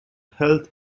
health